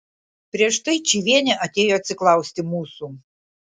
prieš tai čyvienė atėjo atsiklausti mūsų